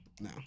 no